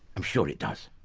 i'm sure it does.